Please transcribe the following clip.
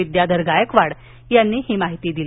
विद्याधर गायकवाड यांनी ही माहिती दिली